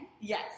Yes